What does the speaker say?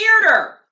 weirder